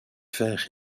fer